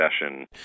session